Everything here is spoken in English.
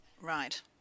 Right